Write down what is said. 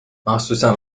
مخصوصا